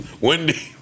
Wendy